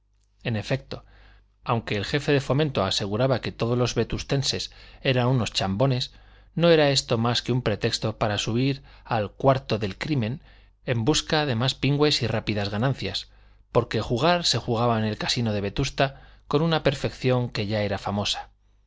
en efecto aunque el jefe de fomento aseguraba que todos los vetustenses eran unos chambones no era esto más que un pretexto para subir al cuarto del crimen en busca de más pingües y rápidas ganancias porque jugar se jugaba en el casino de vetusta con una perfección que ya era famosa